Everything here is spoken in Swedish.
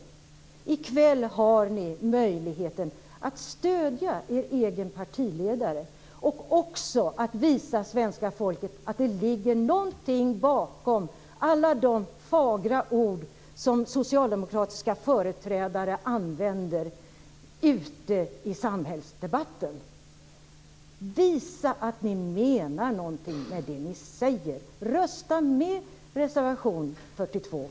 I kväll har ni möjlighet att stödja er egen partiledare och också att visa svenska folket att det ligger någonting bakom alla de fagra ord som socialdemokratiska företrädare använder ute i samhällsdebatten. Visa att ni menar någonting med det som ni säger!